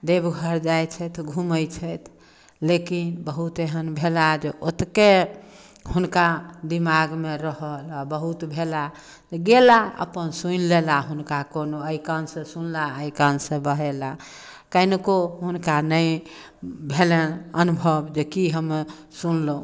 देवघर जाइ छथि घूमै छथि लेकिन बहुत एहन भेला जे ओतुके हुनका दिमागमे रहल आ बहुत भेला गेला अपन सूनि लेला हुनका कोनो एहि कानसँ सुनला एहि कानसँ बहेला कनिको हुनका नहि भेलनि अनुभव जे की हम सुनलहुँ